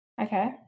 Okay